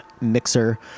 mixer